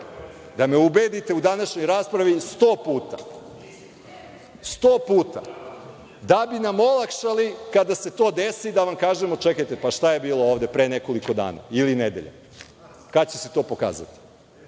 Da me ubedite u današnjoj raspravi sto puta, da bi nam olakšali kada se to desi, da vam kažemo – čekajte, pa šta je bilo ovde, pre nekoliko dana ili nedelja, kad će se to pokazati?